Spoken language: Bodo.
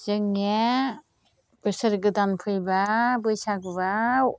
जोंनिया बोसोर गोदान फैबा बैसागुआव